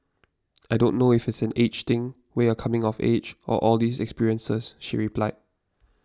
I don't know if it's an age thing where are coming of age or all these experiences she replied